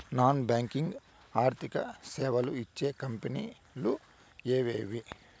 Non banking ఆర్థిక సేవలు ఇచ్చే కంపెని లు ఎవేవి?